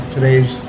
Today's